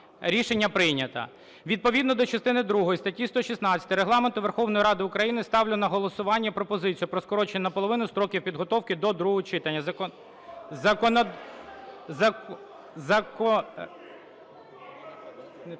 Рішення прийнято. Відповідно до частини другої статті 116 Регламенту Верховної Ради України ставлю на голосування пропозицію про скорочення наполовину строків підготовки до другого читання. (Шум у залі)